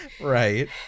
Right